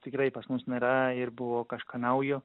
tikrai pas mus nėra ir buvo kažką naujo